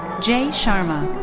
jai sharma.